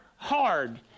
Hard